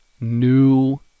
new